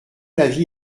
l’avis